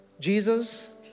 Jesus